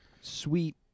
sweet